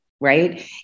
right